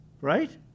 right